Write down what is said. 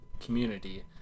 community